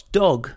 dog